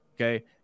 okay